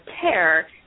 care